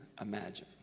imagine